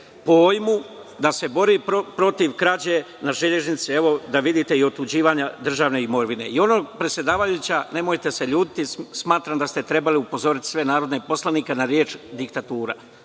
pojmu da se bori protiv krađe na železnici i otuđivanja državne imovine. Predsedavajuća, nemojte se ljutiti, smatram da ste trebali upozoriti sve narodne poslanike na reč „diktatura“.